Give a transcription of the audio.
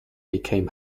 became